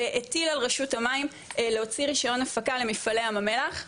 והטיל על רשות המים להוציא רישיון הפקה למפעלי ים המלח.